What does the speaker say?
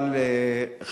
אבל,